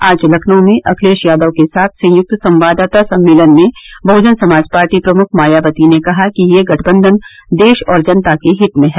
आज लखनऊ में अखिलेश यादव के साथ संयुक्त संवाददाता सम्मेलन में बहुजन समाज पार्टी प्रमुख मायावती ने कहा कि यह गठबंधन देश और जनता के हित में है